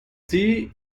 tea